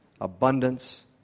abundance